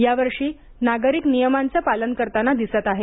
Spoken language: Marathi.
या वर्षी नागरिक नियमांचं पालन करताना दिसत आहेत